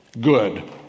good